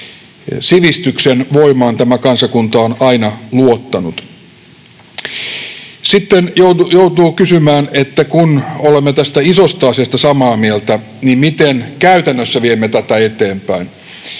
Sivistyksen voimaan tämä kansakunta on aina luottanut. Sitten joutuu kysymään, että kun olemme tästä isosta asiasta samaa mieltä, niin miten käytännössä viemme tätä eteenpäin.